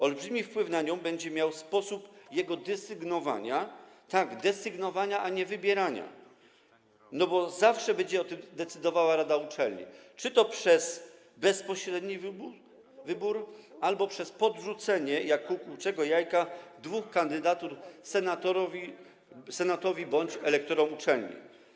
Olbrzymi wpływ na nią będzie miał sposób jego desygnowania, tak, desygnowania, a nie wybierania, bo zawsze będzie o tym decydowała rada uczelni - czy to przez bezpośredni wybór, czy przez podrzucenie jak kukułczego jajka dwóch kandydatur senatowi bądź elektorom uczelni.